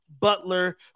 Butler